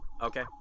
Okay